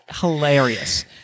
Hilarious